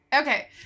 Okay